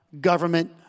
government